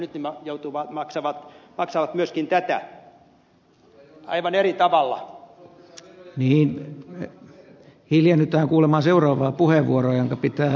nyt ne maksavat myöskin tätä aivan eri tavalla mihin hiljennytään kuulema seuraavan puheenvuoro jonka pitää